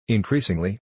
Increasingly